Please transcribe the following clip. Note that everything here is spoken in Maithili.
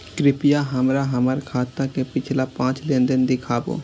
कृपया हमरा हमर खाता के पिछला पांच लेन देन दिखाबू